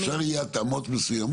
אפשר יהיה לעשות בו התאמות מסוימות,